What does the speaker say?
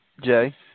jay